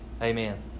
Amen